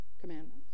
commandments